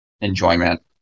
Enjoyment